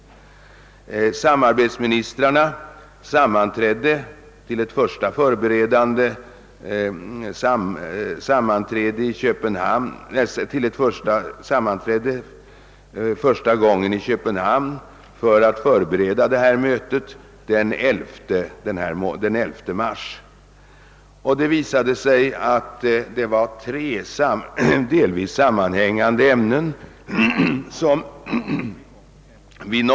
Samarbetsministrarna sammanträdde första gången i Köpenhamn den 11 mars för att förbereda mötet, och då nåddes överenskommelse om att bebandla tre delvis sammanhängande frågor.